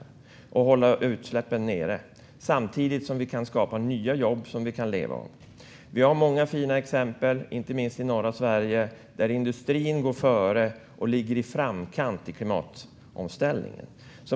Vi måste hålla utsläppen nere samtidigt som vi skapar nya jobb som vi kan leva av. Det finns många fina exempel, inte minst i norra Sverige, där industrin går före och ligger i framkant i klimatomställningen.